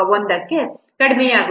71ಗೆ ಕಡಿಮೆಯಾಗುತ್ತದೆ